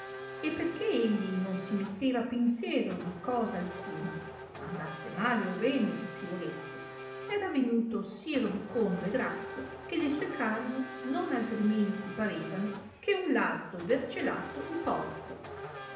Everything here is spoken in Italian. e perchè egli non si metteva pensiero di cosa alcuna andasse male o bene che si volesse era venuto si robicondo e grasso che le sue carni non altrimenti parevano eh un lardo vergelato di porco